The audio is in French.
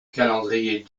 calendrier